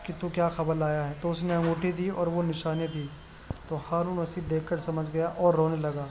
کہ تو کیا خبر لایا ہے تو اس نے انگوٹھی دی اور وہ نشانیاں دیں تو ہارون رشید دیکھ کر سمجھ گیا اور رونے لگا